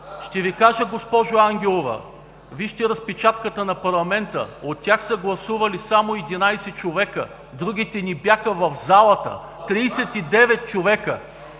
Ще Ви кажа, госпожо Ангелова. Вижте разпечатката на парламента. От тях са гласували само 11 човека. Другите не бяха в залата. От 39 човека